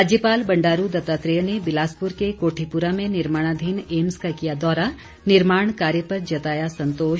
राज्यपाल बंडारू दत्तात्रेय ने बिलासपुर के कोठीपुरा में निर्माणाधीन एम्स का किया दौरा निर्माण कार्य पर जताया संतोष